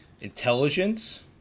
Intelligence